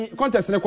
contest